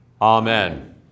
Amen